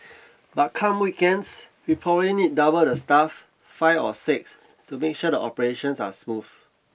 but come weekends we probably need double the staff five or six to make sure the operations are smooth